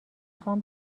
خوام